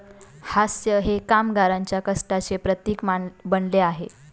हास्य हे कामगारांच्या कष्टाचे प्रतीक बनले आहे